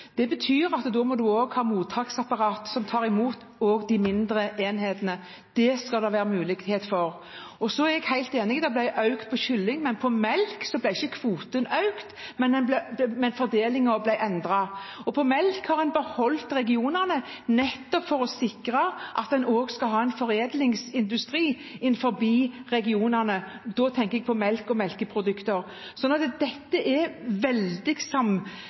Det betyr at da må man ha mottaksapparat som tar imot også de mindre enhetene. Det skal det være mulighet for. Så er jeg helt enig, kvoten ble økt på kylling, på melk ble den ikke økt, men fordelingen ble endret. Når det gjelder melk, har en beholdt regionene nettopp for å sikre at en også skal ha en foredlingsindustri innenfor regionene – da tenker jeg på melk og melkeprodukter. Dette er veldig samvevd, det er jeg helt enig i. Derfor er det viktig at vi sikrer at det er